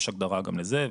יש הגדרה גם לזה,